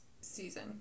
season